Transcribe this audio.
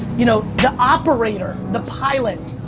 you know, the operator, the pilot,